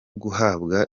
guhabwa